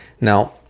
Now